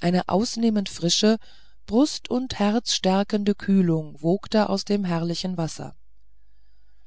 eine ausnehmend frische brust und herz stärkende kühlung wogte aus dem herrlichen wasser